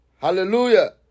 Hallelujah